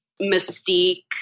Mystique